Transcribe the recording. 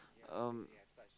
um